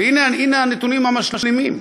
והנה הנתונים המשלימים: